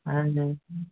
అదే అండి